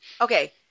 Okay